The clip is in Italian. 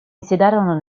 insediarono